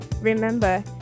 Remember